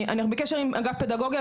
אני בקשר עם אגף פדגוגיה,